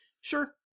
Sure